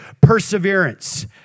Perseverance